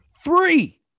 Three